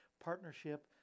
Partnership